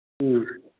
ꯎꯝ